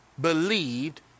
believed